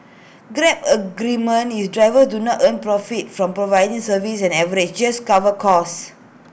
grab's agreement is drivers do not earn profits from providing service and on average just covers costs